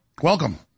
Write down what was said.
Welcome